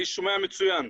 אני שומע מצוין.